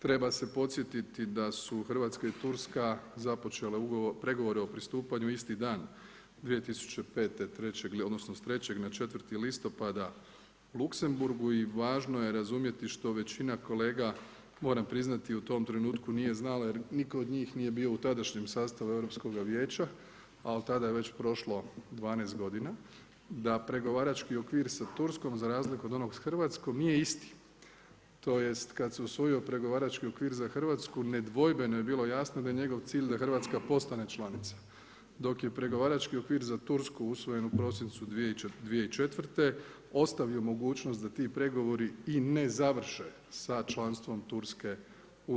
Treba se podsjetiti da su Hrvatska i Turska započele pregovore o pristupanju isti dan 2005., 3. odnosno s 3. na 4. listopada u Luksemburgu i važno je razumjeti što većina kolega, moram priznati u tom trenutku nije znalo jer nitko od njih nije bio u tadašnjem sastavu Europskoga vijeća a od tada je već prošlo 12 godina da pregovarački okvir sa Turskom za razliku od onog s Hrvatskom nije isti, tj. kada se usvojio pregovarački okvir za Hrvatsku nedvojbeno je bilo jasno da je njegov cilj da Hrvatska postane članica dok je pregovarački okvir za Tursku usvojen u prosincu 2004., ostavio mogućnost da ti pregovore i ne završe sa članstvom Turske u EU.